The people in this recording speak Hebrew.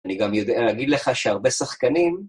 אני גם יודע להגיד לך שהרבה שחקנים,